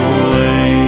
away